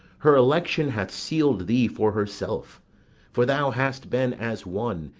her election hath seal'd thee for herself for thou hast been as one,